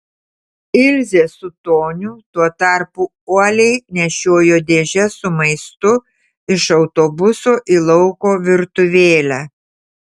ilzė su toniu tuo tarpu uoliai nešiojo dėžes su maistu iš autobuso į lauko virtuvėlę